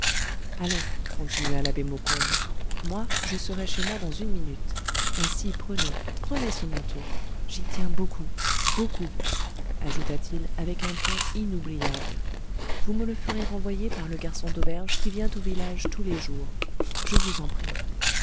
allons continua l'abbé maucombe moi je serai chez moi dans une minute ainsi prenez prenez ce manteau j'y tiens beaucoup beaucoup ajouta-t-il avec un ton inoubliable vous me le ferez renvoyer par le garçon d'auberge qui vient au village tous les jours je vous en prie